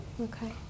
Okay